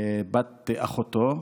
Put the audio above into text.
בת אחותו,